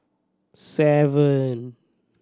seven